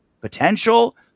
potential